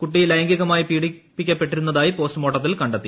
കുട്ടി ലൈംഗികമായി പീഡിപ്പിക്കപ്പെട്ടിരുന്നതായി പോസ്റ്റ്മോർട്ടത്തിൽ കണ്ടെത്തി